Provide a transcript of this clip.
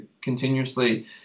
continuously